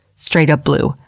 straight up blue.